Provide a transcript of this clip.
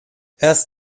erst